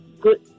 Good